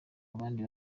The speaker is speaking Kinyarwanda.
abandi